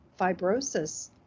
fibrosis